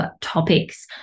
topics